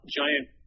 giant